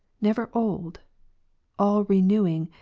never old all-renewing,